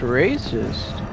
racist